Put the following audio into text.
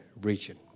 region